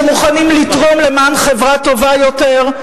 שמוכנים לתרום למען חברה טובה יותר,